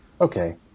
Okay